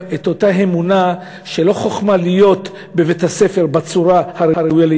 את אותה אמונה שלא חוכמה להיות בבית-הספר בצורה הראויה,